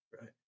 Right